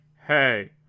Hey